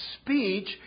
speech